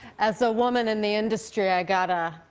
as a woman in the industry i've got ah